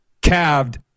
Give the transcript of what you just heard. calved